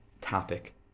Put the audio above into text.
topic